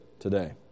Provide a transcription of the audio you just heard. today